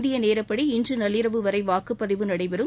இந்திய நேரப்படி இன்று நள்ளிரவு வரை வாக்குப்பதிவு நடைபெறும்